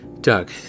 Doug